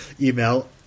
email